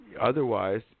otherwise